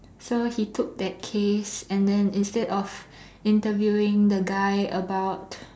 so he took that case and then instead of interviewing the guy about